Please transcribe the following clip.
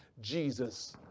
Jesus